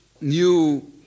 new